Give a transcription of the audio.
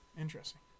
Interesting